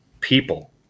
people